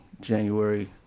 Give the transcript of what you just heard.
January